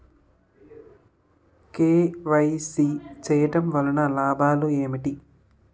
KYC చేయటం వలన లాభాలు ఏమిటి?